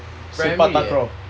sepak takraw